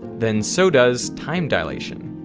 then so does time dilation.